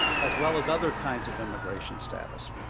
as well as other kinds of immigration status.